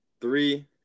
Three